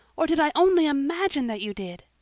or did i only imagine that you did?